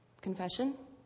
Confession